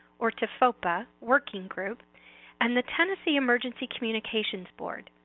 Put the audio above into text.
or tfopa working group and the tennessee emergency communications board.